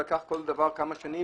כל דבר לקח כמה שנים,